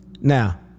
Now